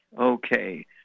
Okay